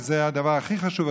וזה הדבר הכי חשוב,